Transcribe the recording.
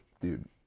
Dude